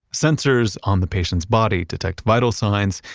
sensors on the patient's body detect vital signs,